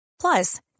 Plus